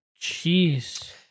Jeez